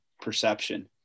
perception